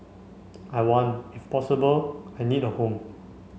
I want if possible I need a home